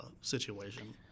situation